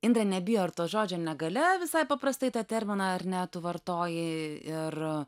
indrė nebijo ir to žodžio negalia visai paprastai tą terminą ar ne tu vartoji ir